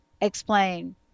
explain